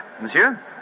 Monsieur